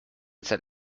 said